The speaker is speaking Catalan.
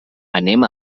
anem